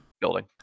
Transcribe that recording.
building